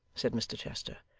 said mr chester,